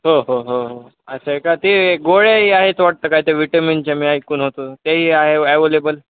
हो हो हो हो अस्ंय का ते गोळ्याही आहेत वाटतं काय ते विटॅमिनच्या मी ऐकुन होतं ते ही आहे ॲवलेबल